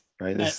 right